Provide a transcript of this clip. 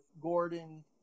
Gordon